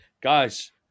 Guys